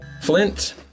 Flint